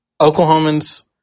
Oklahomans